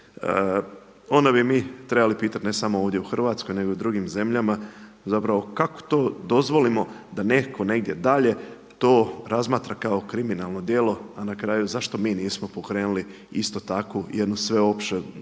onda bi mi trebali pitati ne samo ovdje u Hrvatskoj nego i u drugim zemljama. Zapravo kako to dozvolimo da netko negdje dalje to razmatra kao kriminalno djelo a na kraju zašto mi nismo pokrenuli istu takvu jednu opsežnu